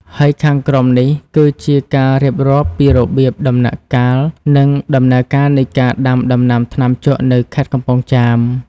ហើយខាងក្រោមនេះគឺជាការរៀបរាប់ពីរបៀប ដំណាក់កាល និងដំណើរការនៃការដាំដំណាំថ្នាំជក់នៅខេត្តកំពង់ចាម។